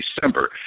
December